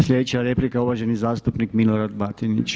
Sljedeća je replika uvaženi zastupnik Milorad Batinić.